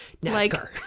nascar